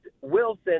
Wilson